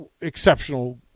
exceptional